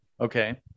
Okay